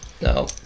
no